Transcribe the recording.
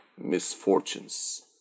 misfortunes